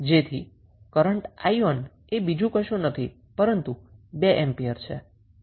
જેથી કરન્ટ 𝑖1 એ બીજું કશું નથી પરંતુ 2 એમ્પીયર છે